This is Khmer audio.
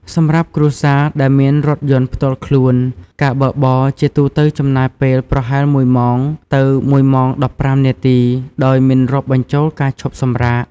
សម្រាប់គ្រួសារដែលមានរថយន្តផ្ទាល់ខ្លួន ការបើកបរជាទូទៅចំណាយពេលប្រហែល ១ ម៉ោងទៅ ១ ម៉ោង ១៥ នាទី ដោយមិនរាប់បញ្ចូលការឈប់សម្រាក។